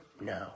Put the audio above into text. No